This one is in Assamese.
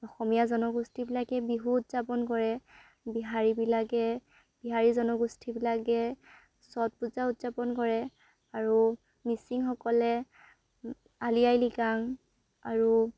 অসমীয়া জনগোষ্ঠীবিলাকে বিহু উদযাপন কৰে বিহাৰীবিলাকে বিহাৰী জনগোষ্ঠীবিলাকে ষঠ পূজা উদযাপন কৰে আৰু মিচিংসকলে আলি আই লৃগাং আৰু